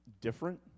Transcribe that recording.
different